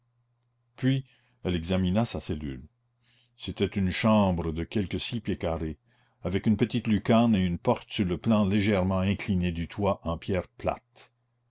puis elle examina sa cellule c'était une chambre de quelque six pieds carrés avec une petite lucarne et une porte sur le plan légèrement incliné du toit en pierres plates